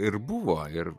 ir buvo ir